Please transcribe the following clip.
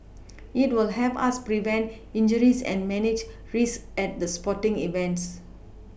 it will help us prevent injuries and manage risks at the sporting events